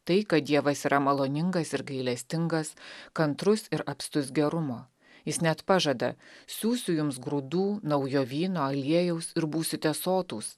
tai kad dievas yra maloningas ir gailestingas kantrus ir apstus gerumo jis net pažada siųsiu jums grūdų naujo vyno aliejaus ir būsite sotūs